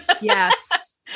Yes